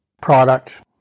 product